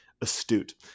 astute